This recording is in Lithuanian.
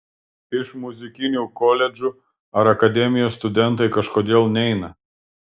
iš muzikinių koledžų ar akademijos studentai kažkodėl neina